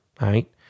right